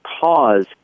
cause